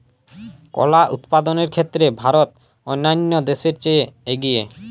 কলা উৎপাদনের ক্ষেত্রে ভারত অন্যান্য দেশের চেয়ে এগিয়ে